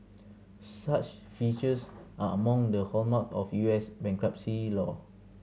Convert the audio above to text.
such features are among the hallmarks of U S bankruptcy law